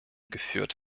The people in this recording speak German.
geführt